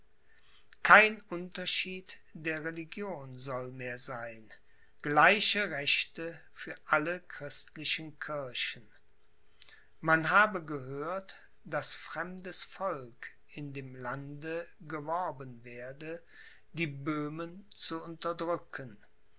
kein unterschied der religion soll mehr sein gleiche rechte für alle christlichen kirchen man habe gehört daß fremdes volk in dem lande geworben werde die böhmen zu unterdrücken